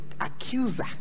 accuser